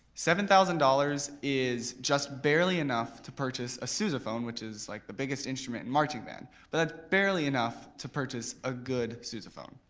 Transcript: seven thousand dollars is just barely enough to purchase a sousaphone, which is like the biggest instrument in marching band. it's but ah barely enough to purchase a good sousaphone.